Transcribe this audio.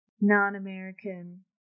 non-american